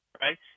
right